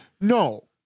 No